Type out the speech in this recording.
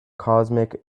cosmic